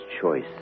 choice